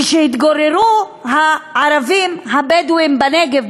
כשהתגוררו הערבים הבדואים בנגב,